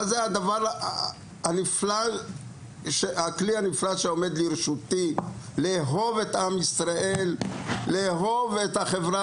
זהו הכלי הנפלא שעומד לרשותי לאהוב את עם ישראל ואת החברה